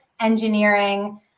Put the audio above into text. engineering